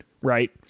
right